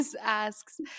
asks